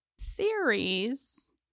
theories